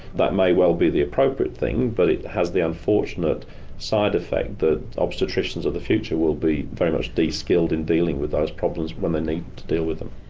that may well be the appropriate thing but it has the unfortunate side effect that obstetricians of the future will be very much de-skilled in dealing with those problems when they need to deal with them.